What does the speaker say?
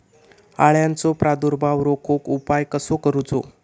अळ्यांचो प्रादुर्भाव रोखुक उपाय कसो करूचो?